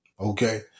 Okay